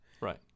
right